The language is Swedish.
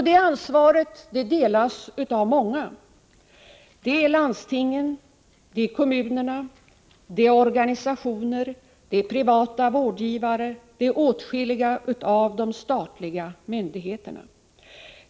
Det ansvaret delas av många: landstinget, kommunerna, organisationerna, de privata vårdgivarna och åtskilliga av de statliga myndigheterna.